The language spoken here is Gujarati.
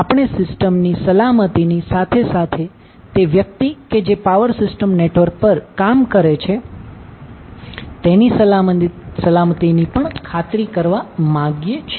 આપણે સિસ્ટમ ની સલામતીની સાથે સાથે તે વ્યક્તિ કે જે પાવર સિસ્ટમ નેટવર્ક પર કામ કરે છે તેની સલામતીની પણ ખાતરી કરવા માંગીએ છીએ